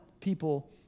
people